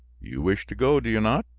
you wish to go, do you not?